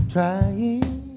trying